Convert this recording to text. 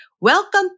Welcome